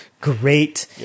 great